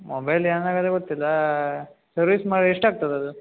mobile ಏನಾಗಿದೆ ಗೊತ್ತಿಲ್ಲ service ಮಾಡಿರೆ ಎಷ್ಟು ಆಗ್ತದೆ ಅದು